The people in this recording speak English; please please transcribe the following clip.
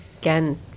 Again